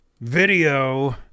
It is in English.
video